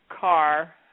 car